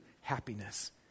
happiness